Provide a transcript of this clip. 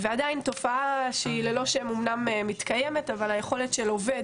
עדיין תופעה שהיא ללא שם אמנם מתקיימת אבל היכולת של עובד